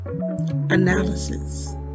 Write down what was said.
analysis